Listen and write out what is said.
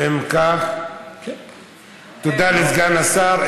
אם כך, תודה לסגן השר.